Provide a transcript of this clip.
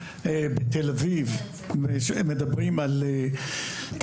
בתל-אביב מדברים --- (אומרת דברים בשפת הסימנים,